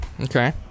Okay